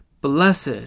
Blessed